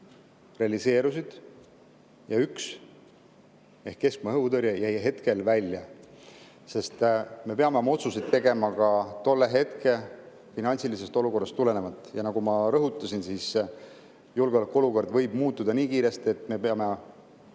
ja üks ehk keskmaa õhutõrje jäi hetkel välja, sest me peame oma otsuseid tegema ka tolle hetke finantsilisest olukorrast tulenevalt. Ja nagu ma rõhutasin, julgeolekuolukord võib muutuda nii kiiresti, et me peame